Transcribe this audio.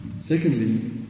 Secondly